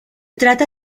trata